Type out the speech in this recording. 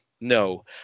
no